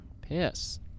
Piss